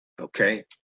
Okay